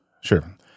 Sure